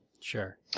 Sure